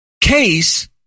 case